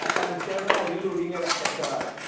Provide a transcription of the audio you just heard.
आता आमच्याकडं सर्व लोडींग आहे लक्षात ठेवा